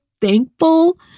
thankful